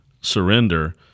surrender